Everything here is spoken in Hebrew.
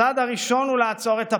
הצעד הראשון הוא לעצור את הפחד.